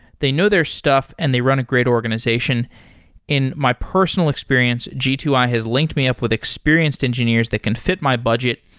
they know their stuff and they run a great organization in my personal experience, g two i has linked me up with experienced engineers that can fit my budget.